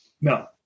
no